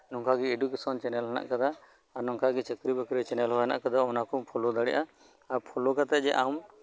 ᱱᱚᱝᱠᱟᱜᱮ educational channel ᱢᱮᱱᱟᱜ ᱠᱟᱫᱟ ᱱᱚᱝᱠᱟᱜᱮ ᱪᱟᱠᱨᱤ ᱵᱟᱹᱠᱨᱤ ᱪᱮᱱᱮᱞ ᱢᱮᱱᱟᱜ ᱠᱟᱫᱟ ᱚᱱᱟ ᱠᱚ ᱯᱷᱳᱞᱳ ᱫᱟᱲᱮᱭᱟᱜᱼᱟ ᱯᱷᱳᱞᱳ ᱠᱟᱛᱮᱜ ᱟᱢ